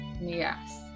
Yes